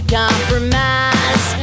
compromise